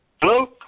Hello